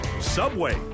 Subway